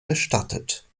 bestattet